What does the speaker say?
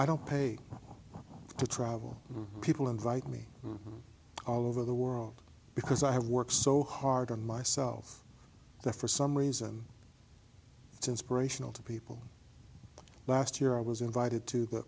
i don't pay to travel people invite me all over the world because i work so hard on myself that for some reason it's inspirational to people last year i was invited to